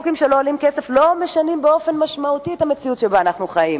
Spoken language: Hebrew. חוקים שלא עולים כסף לא משנים באופן משמעותי את המציאות שבה אנחנו חיים.